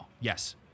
Yes